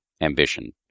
ambition